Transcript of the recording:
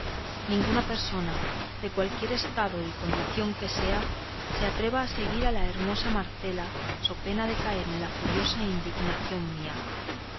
ninguna persona de cualquier estado y condición que sea se atreva a seguir a la hermosa marcela so pena de caer en la furiosa indignación mía